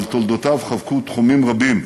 אבל תולדותיו חבקו תחומים רבים: